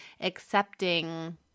accepting